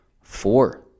four